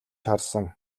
харсан